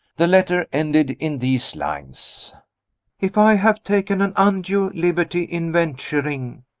the letter ended in these lines if i have taken an undue liberty in venturing,